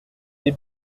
des